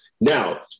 Now